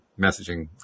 messaging